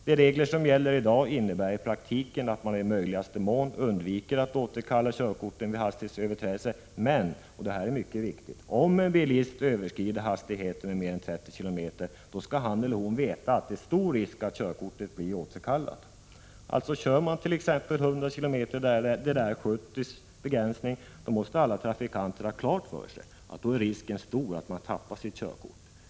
De regler som gäller i dag innebär i praktiken att man i möjligaste mån undviker att återkalla körkorten vid hastighetsöverträdelser. Men, och det här är mycket viktigt, om en bilist överskrider hastigheten med mer än 30 km tim där en begränsning till 70 km/tim gäller löper stor risk att förlora sitt körkort.